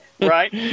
Right